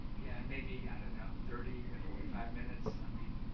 yeah, maybe, i don't know, thirty, forty five minutes? i mean,